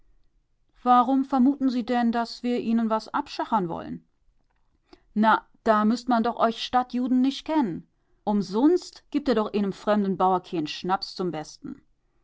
warum vermuten sie denn daß wir ihnen was abschachern wollen ja da müßt man doch euch stadtjuden nich kenn umsunst gebt ihr doch eenem fremden bauer keen schnaps zum besten